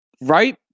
Right